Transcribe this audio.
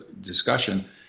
discussion